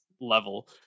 level